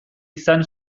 izan